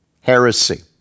heresy